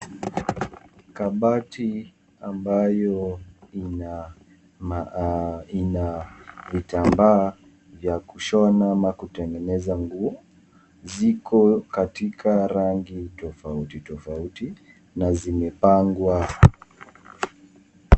Kabati ambayo ina vitambaa vya kushona ama kutengeneza nguo ziko katika rangi tofauti tofauti na zimepangwa.